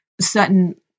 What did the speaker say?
certain